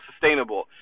sustainable